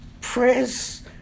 press